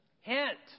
Hint